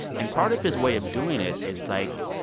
and part of his way of doing it is, like,